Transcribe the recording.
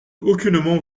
aucunement